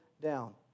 down